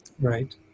Right